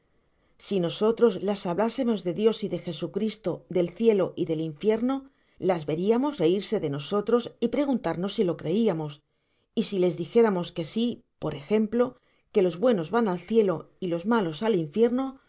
si nosotros las hablásemos de dios y de jesucristo del cielo y del infierno las veriamos reirse de nosotros y preguntarnos si lo creiamos y si les dijéramos que si por ejemplo que los buenos van al cielo y los malos al infierno